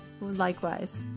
Likewise